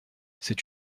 c’est